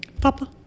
Papa